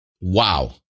wow